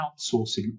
outsourcing